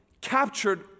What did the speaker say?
captured